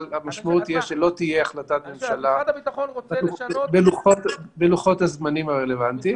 אבל המשמעות היא שלא תהיה החלטת ממשלה בלוחות הזמנים הרלוונטיים.